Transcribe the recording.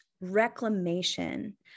reclamation